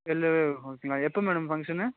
எல்லோவே ஓகேங்களா எப்போ மேடம் ஃபங்க்ஷன்னு